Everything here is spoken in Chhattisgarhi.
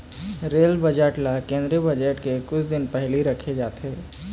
रेल बजट ल केंद्रीय बजट के कुछ दिन पहिली राखे जाथे